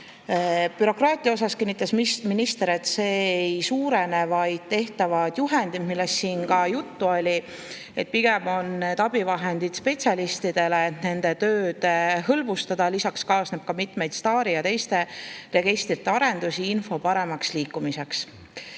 Bürokraatia kohta kinnitas minister, et see ei suurene. Tehtavad juhendid, millest siin ka juttu oli, on pigem abivahendid spetsialistidele, et nende tööd hõlbustada. Lisaks kaasneb STAR-i ja teiste registrite arendusi info paremaks liikumiseks.